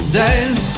days